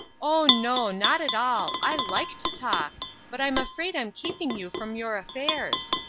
oh no, not at all i like to talk but i'm afraid i'm keeping you from your affairs.